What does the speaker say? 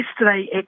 yesterday